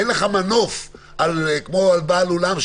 אין לך מנוף כמו על בעל אולם,